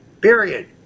period